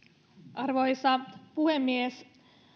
arvoisa puhemies